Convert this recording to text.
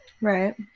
Right